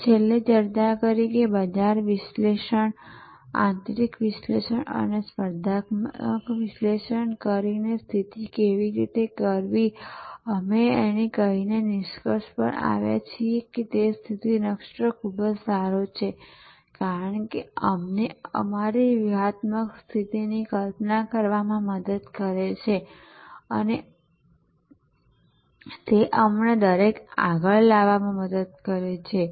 અને છેલ્લે અમે ચર્ચા કરી બજાર વિશ્લેષણ આંતરિક વિશ્લેષણ અને સ્પર્ધાત્મક વિશ્લેષણ કરીને સ્થિતિ કેવી રીતે કરવી અને અમે કહીને નિષ્કર્ષ પર આવ્યા કે તે સ્થિતિ નકશો ખૂબ જ સારો છે કારણ કે તે અમને અમારી વ્યૂહાત્મક સ્થિતિની કલ્પના કરવામાં મદદ કરે છે અને તે અમને દરેકને આગળ લાવવામાં મદદ કરે છે